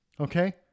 Okay